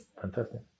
fantastic